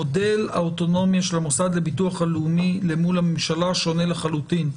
מודל האוטונומיה של המוסד לביטוח הלאומי למול לממשלה שונה לחלוטין.